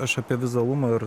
aš apie vizualumą ir